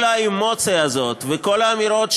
כל האמוציה הזאת וכל האמירות,